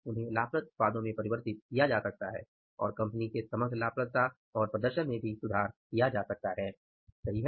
उन्हें लाभप्रद उत्पादों में परिवर्तित किया जा सकता है और कंपनी के समग्र लाभप्रदता और प्रदर्शन में सुधार किया जा सकता है सही है